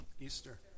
Easter